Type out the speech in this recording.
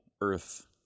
Earth